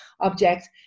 object